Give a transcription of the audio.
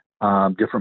different